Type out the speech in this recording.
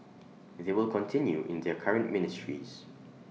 they will continue in their current ministries